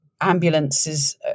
ambulances